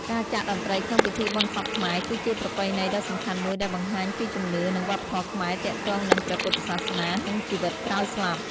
ការចាក់តន្ត្រីក្នុងពិធីបុណ្យសពខ្មែរ គឺជាប្រពៃណីដ៏សំខាន់មួយ ដែលបង្ហាញពីជំនឿ និងវប្បធម៌ខ្មែរទាក់ទងនឹងព្រះពុទ្ធសាសនា និងជីវិតក្រោយស្លាប់។